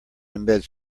embed